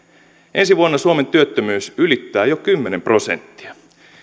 ensi vuonna suomen työttömyys ylittää jo kymmenen prosenttia